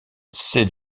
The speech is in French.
c’est